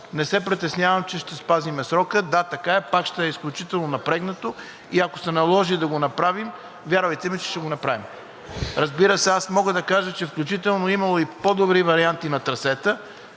Не се притеснявам, че ще спазим срока. Да, така е, пак ще е изключително напрегнато и ако се наложи да го направим, вярвайте ми, ще го направим. Разбира се, мога да кажа, че включително е имало и по-добри варианти на трасета,